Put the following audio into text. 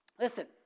Listen